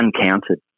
uncounted